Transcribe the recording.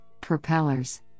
propellers